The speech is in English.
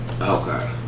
Okay